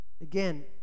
Again